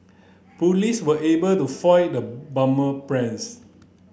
police were able to foil the bomber plans